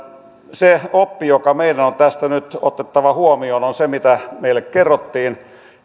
se oppi joka meidän on tästä nyt otettava huomioon on se mitä meille kerrottiin